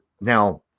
now